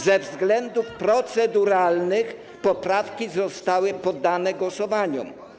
Ze względów proceduralnych poprawki zostały poddane pod głosowania.